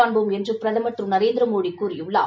காண்போம் என்று பிரதமர் திரு நரேந்திரமோடி கூறியுள்ளார்